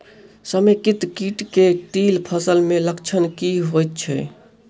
समेकित कीट केँ तिल फसल मे लक्षण की होइ छै?